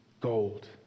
gold